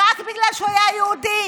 חבר הכנסת בן גביר,